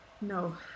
No